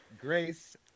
Grace